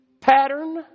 pattern